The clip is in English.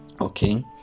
okay